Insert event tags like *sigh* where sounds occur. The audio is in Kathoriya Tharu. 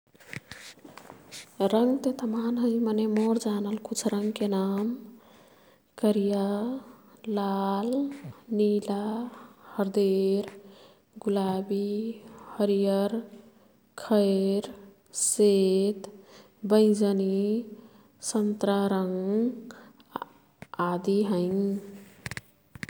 *noise* रंगते तमान हैं मने मोर् जानल कुछ रंगके नाम करिया, लाल, निला, हर्देर, गुलाबी, हरियर, खैर, सेत, बैजनी, सन्तरा रंग *hesitation* आदि हैं। *noise*